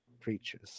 creatures